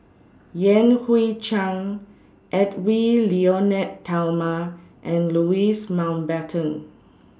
Yan Hui Chang Edwy Lyonet Talma and Louis Mountbatten